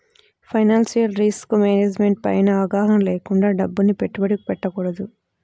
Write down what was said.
financial risk management పైన అవగాహన లేకుండా డబ్బుని పెట్టుబడి పెట్టకూడదు